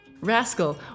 Rascal